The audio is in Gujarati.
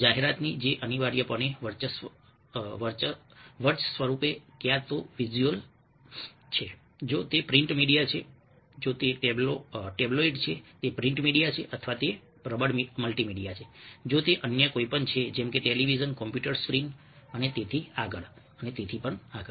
જાહેરાતની જે અનિવાર્યપણે વર્ચસ્વરૂપે ક્યાં તો વિઝ્યુઅલ છે જો તે પ્રિન્ટ મીડિયા છે જો તે ટેબ્લોઇડ છે તે પ્રિન્ટ મીડિયા છે અથવા તે પ્રબળ મલ્ટીમીડિયા છે જો તે અન્ય કંઈપણ છે જેમ કે ટેલિવિઝન કમ્પ્યુટર સ્ક્રીન અને તેથી આગળ અને તેથી આગળ